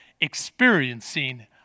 experiencing